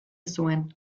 zuen